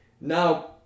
now